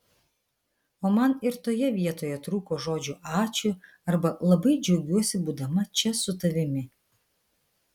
o man ir toje vietoje trūko žodžių ačiū arba labai džiaugiuosi būdama čia su tavimi